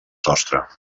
sostre